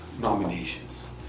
nominations